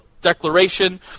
declaration